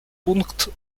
пункт